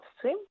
swim